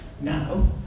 Now